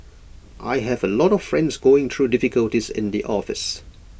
I have A lot of friends going through difficulties in the office